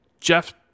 jeff